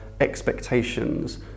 expectations